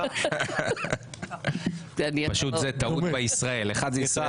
צריך להיות בגוף